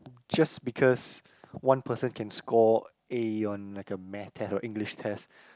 just because one person can score A on like a Math test or English test